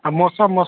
मौसम मौसम